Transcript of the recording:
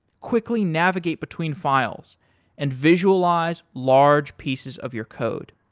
quickly navigate between files and visualize large pieces of your code.